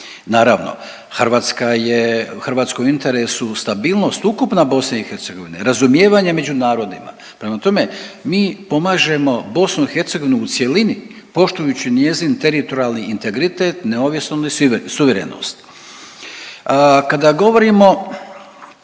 Naravno, Hrvatska je, Hrvatskoj je u interesu stabilnost ukupna BiH, razumijevanje među narodima, prema tome, mi pomažemo BiH u cjelini poštujući njezin teritorijalni integritet, neovisnost i suverenost. Kada govorimo